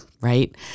right